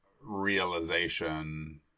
realization